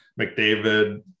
McDavid